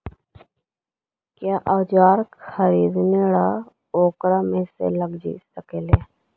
क्या ओजार खरीदने ड़ाओकमेसे लगे सकेली?